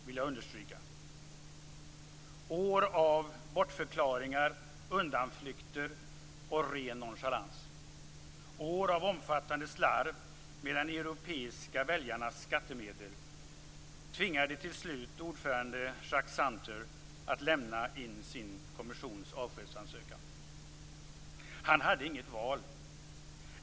Det har varit år av bortförklaringar, undanflykter och ren nonchalans. Det har varit år av omfattande slarv med de europeiska väljarnas skattemedel. Detta tvingade till slut ordföranden Jacques Santer att lämna in sin kommissions avskedsansökan. Han hade inget val.